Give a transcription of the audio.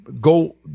go